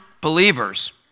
believers